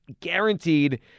guaranteed